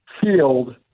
field